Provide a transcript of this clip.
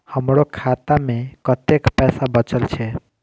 हमरो खाता में कतेक पैसा बचल छे?